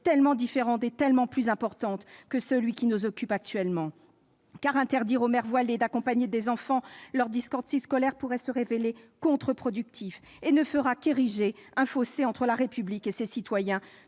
tellement différentes et tellement plus importantes que celui qui nous occupe actuellement. Interdire aux mères voilées d'accompagner des enfants lors de sorties scolaires pourrait se révéler contre-productif et ne fera qu'ériger un fossé entre la République et ses citoyens